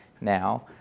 now